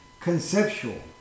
conceptual